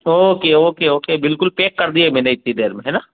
okay okay okay बिल्कुल pack कर दिया है मैंने इतने देर में